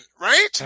right